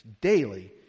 daily